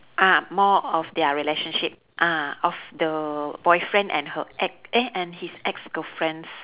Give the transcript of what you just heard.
ah more of their relationship ah of the boyfriend and her ex eh and his ex girlfriends